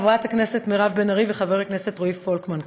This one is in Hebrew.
חברת הכנסת מירב בן ארי וחבר הכנסת רועי פולקמן,